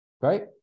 Right